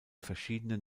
verschiedenen